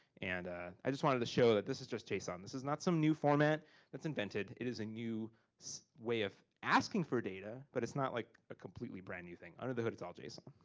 and i just wanted to show that this is just json. um this is not some new format that's invented. it is a new way of asking for data, but it's not like a completely brand new thing. under the hood, it's all json.